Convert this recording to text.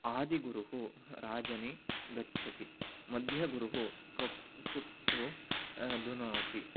आदिगुरुः राजनि गच्छति मध्यगुरुः क कुत्सु धुनोति